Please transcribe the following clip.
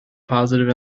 positive